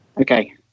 Okay